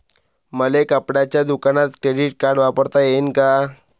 मले कपड्याच्या दुकानात क्रेडिट कार्ड वापरता येईन का?